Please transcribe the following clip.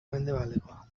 mendebaldekoa